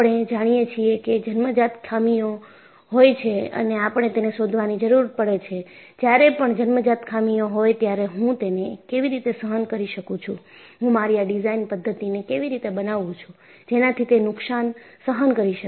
આપણે જાણીએ છીએ કે જન્મજાત ખામીઓ હોય છે અને આપણે એને શોધવાની જરૂર પડે છે જ્યારે પણ જન્મજાત ખામીઓ હોય ત્યારે હું તેને કેવી રીતે સહન કરી શકું છું હું મારી આ ડિઝાઇન પદ્ધતિને કેવી રીતે બનાવું છું જેનાથી તે નુકસાન સહન કરી શકે